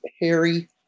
Harry